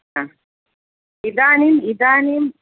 ह इदानीम् इदानीम्